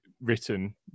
written